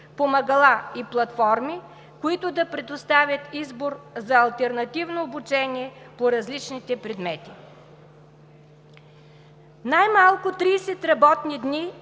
помагала и платформи, които да предоставят избор за алтернативно обучение по различните предмети. „Най-малко 30 работни дни